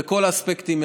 בכל האספקטים,